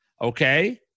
okay